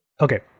okay